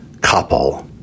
couple